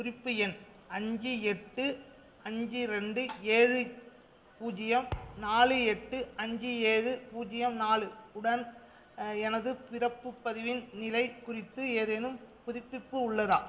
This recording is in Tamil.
குறிப்பு எண் அஞ்சு எட்டு அஞ்சு ரெண்டு ஏழு பூஜ்யம் நாலு எட்டு அஞ்சு ஏழு பூஜ்யம் நாலு உடன் எனது பிறப்பு பதிவின் நிலைக் குறித்து ஏதேனும் புதுப்பிப்பு உள்ளதா